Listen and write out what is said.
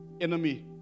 Enemy